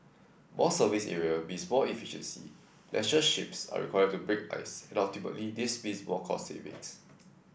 more surface area means more efficiency lesser ships are required to break ice and ultimately this means more cost savings